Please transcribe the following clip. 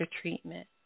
treatment